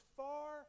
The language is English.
far